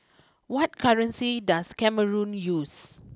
what currency does Cameroon use